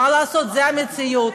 מה לעשות, זאת המציאות.